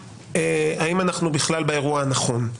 האם אנחנו בכלל באירוע הנכון.